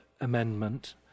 amendment